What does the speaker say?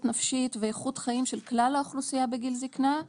נפשית ואיכות חיים של כלל האוכלוסייה בגיל זקנה,